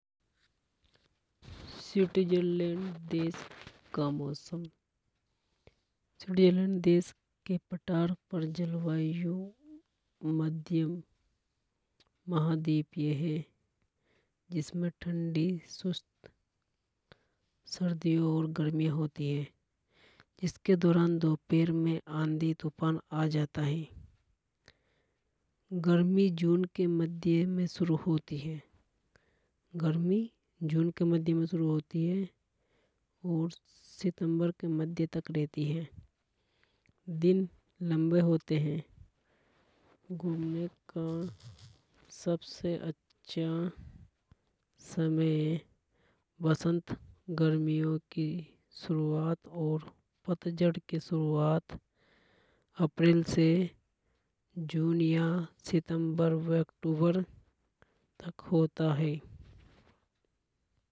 स्वीटजरलैंड देश के मौसम के बारे मे स्विट्जरलैंड के पठार पर जलवायु मध्यम महाद्वीपीय हे जिसमें ठंडी सुस्त सर्दियों और गर्मियां होती है। जिसके दौरान दोपहर में आंधी तूफान आ जाता हे गर्मी जून के मध्य में शुरू होती हे गर्मी जून के मध्य में शुरू होती हे और सितम्बर के मध्य तक रहती है। दिन लंबे होते है घूमने का सबसे अच्छा समय वसंत गर्मियों की शुरुआत और पतझड़ की शुरुआत अप्रैल से जून या सितम्बर व अक्टूबर तक होता है।